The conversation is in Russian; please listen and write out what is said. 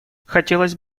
хотелось